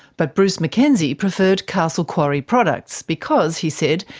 but bruce mackenzie preferred castle quarry products, because, he said,